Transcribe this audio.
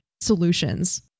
solutions